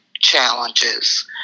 challenges